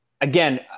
again